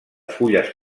fulles